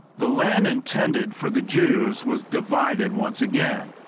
the land intended for the jews was divided once again.